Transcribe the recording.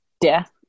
death